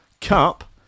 Cup